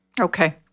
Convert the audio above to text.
Okay